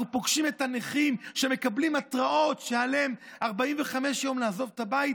אנחנו פוגשים את הנכים שמקבלים התראות שעליהם לעזוב את הבית